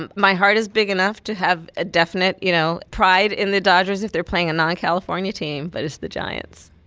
and my heart is big enough to have a definite, you know, pride in the dodgers if they're playing a non-california team. but it's the giants.